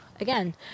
again